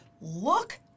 look